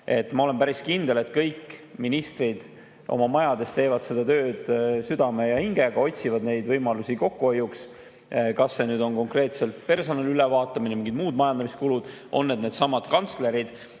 Ma olen päris kindel, et kõik ministrid oma majades teevad seda tööd südame ja hingega, otsivad võimalusi kokkuhoiuks. Kas see on konkreetselt personali ülevaatamine, mingid muud majandamiskulud, on need needsamad kantslereid